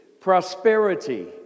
Prosperity